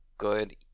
Good